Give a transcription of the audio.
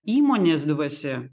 įmonės dvasia